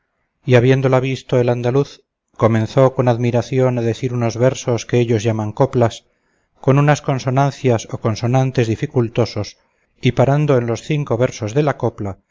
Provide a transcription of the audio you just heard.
y habiéndola visto el andaluz comenzó con admiración a decir unos versos que ellos llaman coplas con unas consonancias o consonantes dificultosos y parando en los cinco versos de la copla